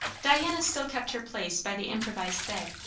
diana still kept her place by the improvised bed,